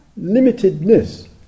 limitedness